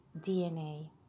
DNA